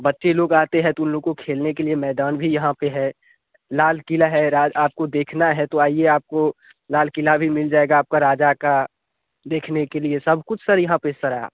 बच्चे लोग आते हैं तो उन लोग को खेलने के लिए मैदान भी यहाँ पर है लाल किला है राज आपको देखना है तो आइए आपको लाल किला भी मिल जाएगा आपका राजा का देखने के लिए सब कुछ सर यहाँ पर सर है